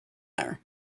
there